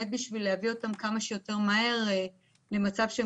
בשביל באמת להביא אותם כמה שיותר מהר למצב שהם